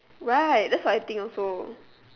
right that's what I think also